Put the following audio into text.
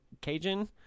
Cajun